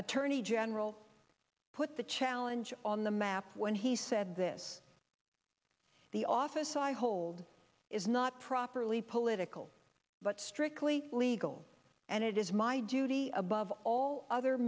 attorney general put the challenge on the map when he said this the office i hold is not properly political but strictly legal and it is my duty above all other